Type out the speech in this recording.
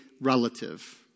relative